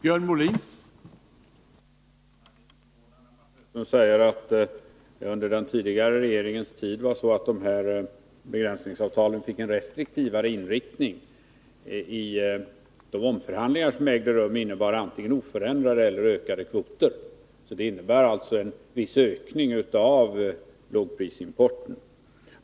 Herr talman! Jag är litet förvånad när Mats Hellström säger att begränsningsavtalen fick en restriktivare inriktning under den tidigare regeringens tid. De omförhandlingar som ägde rum medförde antingen oförändrade eller ökade kvoter. De innebar alltså en viss ökning av lågprisimporten.